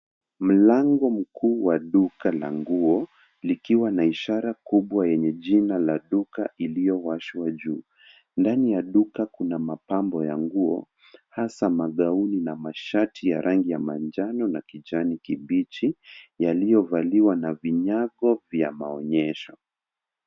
Mlango mkubwa duka la nguo likiwa na ishara kubwa yenye jina la duka iliyowashwa juu. Ndani ya duka kuna mapambo ya nguo hasa magauni na mashati ya rangi ya manjano na kijani kibichi yaliyovaliwa na vinyago vya maonyesho.